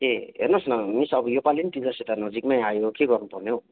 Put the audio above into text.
ए हेर्नुहोस् न मिस अब यो पाली टिचर्स डे त नजिक नै आयो के गर्नुपर्ने हौ